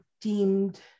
deemed